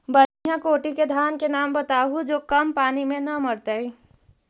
बढ़िया कोटि के धान के नाम बताहु जो कम पानी में न मरतइ?